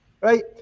Right